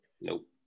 Nope